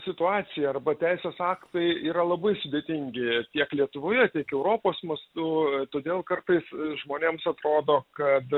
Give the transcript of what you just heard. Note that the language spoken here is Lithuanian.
situacija arba teisės aktai yra labai sudėtingi tiek lietuvoje tiek europos mastu todėl kartais žmonėms atrodo kad